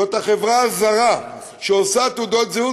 זאת החברה הזרה שעושה תעודות זהות,